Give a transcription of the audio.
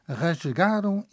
rasgaram